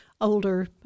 Older